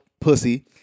pussy